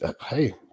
Hey